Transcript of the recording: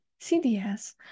CDS